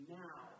now